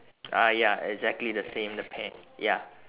ah ya exactly the same the pear ya